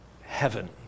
heaven